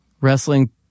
Wrestling